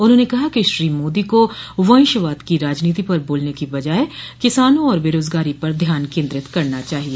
उन्होंने कहा कि श्री मोदी को वंशवाद की राजनीति पर बालने की बजाय किसानों और बेरोजगारी पर ध्यान केन्द्रित करना चाहिए